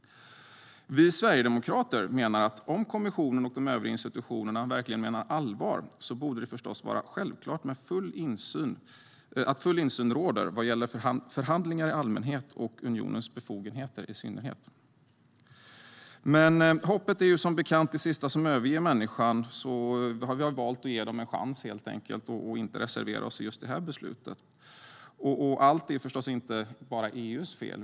Vi sverigedemokrater menar att om kommissionen och de övriga institutionerna verkligen menar allvar borde det vara självklart att full insyn råder vad gäller förhandlingar i allmänhet och unionens befogenheter i synnerhet. Men hoppet är som bekant det sista som överger människan, så vi har valt att ge dem en chans och inte reservera oss mot detta förslag. Allt är förstås inte bara EU:s fel.